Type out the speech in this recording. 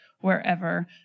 wherever